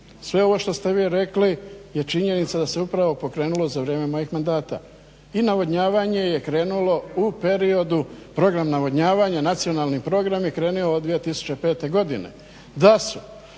sve ovo što ste vi rekli je činjenica da se upravo pokrenulo za vrijeme mojih mandata. I navodnjavanje je krenulo u periodu, program navodnjavanja, nacionalni program je krenuo od 2005. godine. Da su